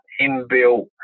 inbuilt